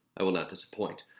i will not disappoint.